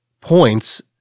points